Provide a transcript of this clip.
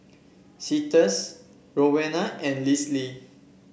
Cletus Rowena and Lise